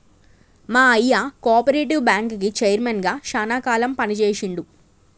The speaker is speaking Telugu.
మా అయ్య కోపరేటివ్ బ్యాంకుకి చైర్మన్ గా శానా కాలం పని చేశిండు